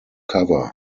cover